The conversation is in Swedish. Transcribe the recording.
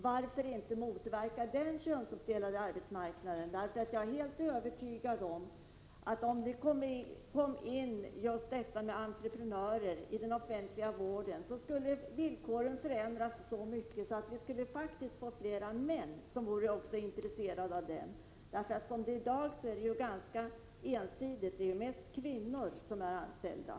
Varför skall man inte kunna motverka könsuppdelningen på denna del av arbetsmarknaden? Jag är helt övertygad om att just detta med att tillåta entreprenörer inom den offentliga vården skulle förändra villkoren i sådan grad att vi faktiskt fick fler män intresserade av att arbeta inom denna. Som det är i dag är könsfördelningen ganska ensidig — de flesta anställda är ju kvinnor.